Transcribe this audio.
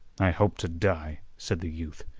i hope to die, said the youth,